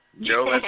Joe